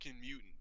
mutant